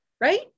right